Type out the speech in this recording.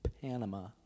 panama